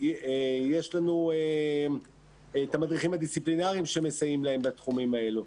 יש לנו את המדריכים הדיסציפלינאריים שמסייעים להם בתחומים האלו.